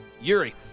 Yuri